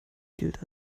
gilt